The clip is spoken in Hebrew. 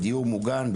בדיור מוגן,